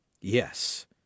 yes